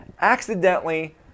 accidentally